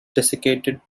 desiccated